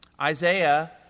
Isaiah